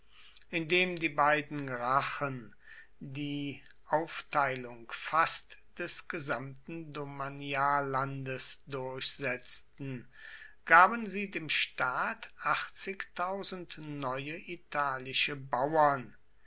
indem die beiden gracchen die aufteilung fast des gesamten domaniallandes durchsetzten gaben sie dem staat neue italische bauern